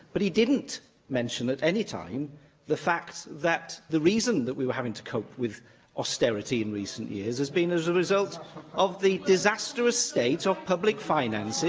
but he didn't mention at any time the fact that the reason that we were having to cope with austerity in recent years has been as a result of the disastrous state of public finances